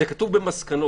זה כתוב במסקנות.